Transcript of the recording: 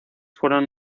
fueron